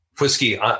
whiskey